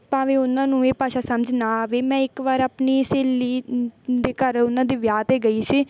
ਭਾਵੇਂ ਉਹਨਾਂ ਨੂੰ ਇਹ ਭਾਸ਼ਾ ਸਮਝ ਨਾ ਆਵੇ ਮੈਂ ਇੱਕ ਵਾਰ ਆਪਣੀ ਸਹੇਲੀ ਦੇ ਘਰ ਉਹਨਾਂ ਦੇ ਵਿਆਹ 'ਤੇ ਗਈ ਸੀ